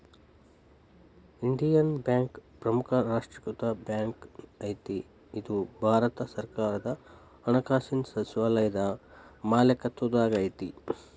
Indian bank ಪ್ರಮುಖ ರಾಷ್ಟ್ರೇಕೃತ bank ಐತಿ ಇದು ಭಾರತ ಸರ್ಕಾರದ ಹಣಕಾಸಿನ್ ಸಚಿವಾಲಯದ ಮಾಲೇಕತ್ವದಾಗದ